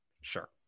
Sure